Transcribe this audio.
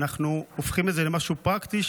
והופכים את זה למשהו פרקטי,